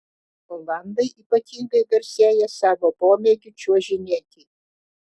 olandai ypatingai garsėja savo pomėgiu čiuožinėti